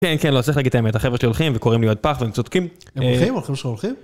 כן, כן, לא צריך להגיד את האמת, החבר'ה שלי הולכים וקוראים לי יוד פח והם צודקים. הולכים, הולכים שם, הולכים.